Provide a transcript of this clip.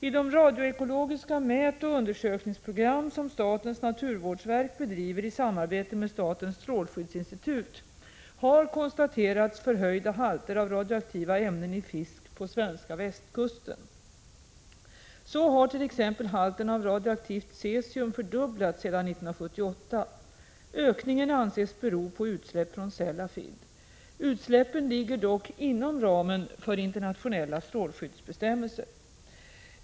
I de radioekologiska mätoch undersökningsprogram, som statens naturvårdsverk bedriver i samarbete med statens strålskyddsinstitut, har konstaterats förhöjda halter av radioaktiva ämnen i fisk på den svenska västkusten. Så har t.ex. halten av radioaktivt cesium fördubblats sedan 1978. Ökningen anses bero på utsläpp från Sellafield. Utsläppen ligger dock inom ramen för internationella strålskyddsbestämmelser.